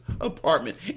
apartment